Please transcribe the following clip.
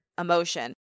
emotion